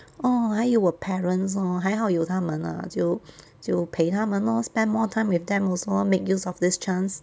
orh 还有我 parents lor 还好有他们 lah 就就陪他们 lor spend more time with them also make use of this chance